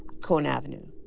cone avenue.